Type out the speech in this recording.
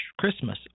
Christmas